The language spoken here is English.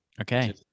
Okay